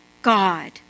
God